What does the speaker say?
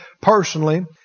personally